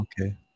okay